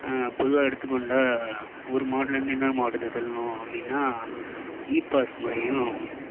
பொதுவாக எடுத்துக் கொண்டால் ஒரு மாவட்டத்துலேருந்து இன்னொரு மாவட்டத்துக்கு செல்லணும் அப்படினா இ பாஸ் முறையும்